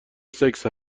سکس